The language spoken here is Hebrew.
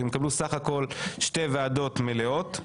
שתי ועדות מלאות,